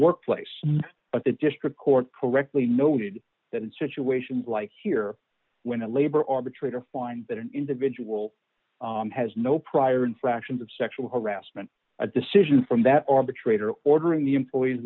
workplace but the district court correctly noted that in situations like here when a labor arbitrator find that an individual has no prior infractions of sexual harassment a decision from that arbitrator ordering the employees